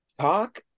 Talk